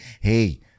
Hey